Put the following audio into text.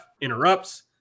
interrupts